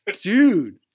Dude